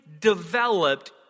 developed